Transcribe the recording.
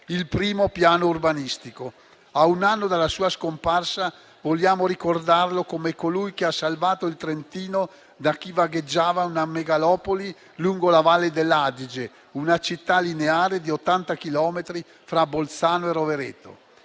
il primo piano urbanistico. A un anno dalla sua scomparsa vogliamo ricordarlo come colui che ha salvato il Trentino da chi vagheggiava una megalopoli lungo la Valle dell'Adige, una città lineare di 80 chilometri tra Bolzano e Rovereto.